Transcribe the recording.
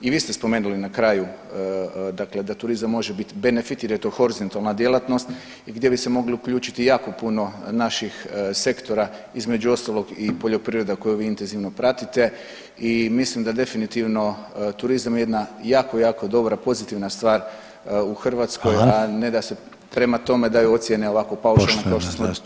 I vi ste spomenuli na kraju dakle da turizam može biti benefit jer je to horizontalna djelatnost i gdje bi se mogli uključiti jako puno naših sektora, između ostalog i poljoprivreda koju vi intenzivno pratite i mislim da definitivno turizam je jedna jako jako dobra i pozitivna stvar u Hrvatskoj, a ne da se prema tome daju ocijene ovako paušalno kao što smo danas znali čuti.